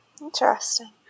Interesting